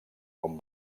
com